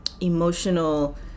emotional